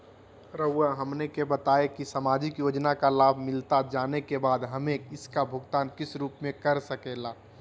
रहुआ हमने का बताएं की समाजिक योजना का लाभ मिलता जाने के बाद हमें इसका भुगतान किस रूप में कर सके ला?